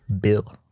Bill